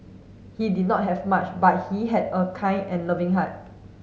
he did not have much but he had a kind and loving heart